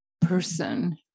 person